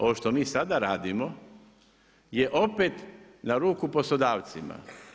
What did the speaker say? Ovo što mi sada radim, je opet na ruku poslodavcima.